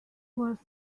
was